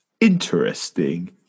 Interesting